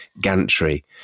gantry